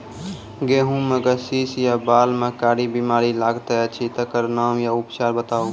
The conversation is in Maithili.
गेहूँमक शीश या बाल म कारी बीमारी लागतै अछि तकर नाम आ उपचार बताउ?